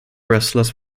wrestlers